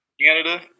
Canada